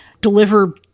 deliver